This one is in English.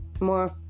more